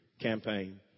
campaign